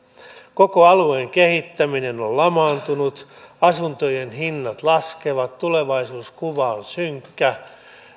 koko alueen kehittäminen on lamaantunut asuntojen hinnat laskevat tulevaisuuskuva on synkkä